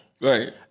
Right